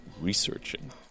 researching